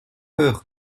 peur